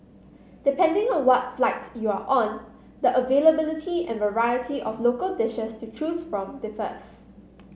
depending on what flight you are on the availability and variety of local dishes to choose from differs